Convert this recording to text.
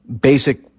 basic